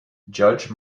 judge